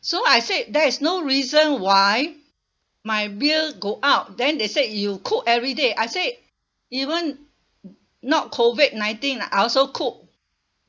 so I say there is no reason why my bill go up then they said you cook everyday I say even not COVID nineteen I also cook